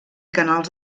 canals